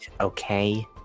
okay